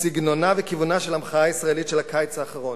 סגנונה וכיוונה של המחאה הישראלית של הקיץ האחרון.